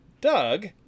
Doug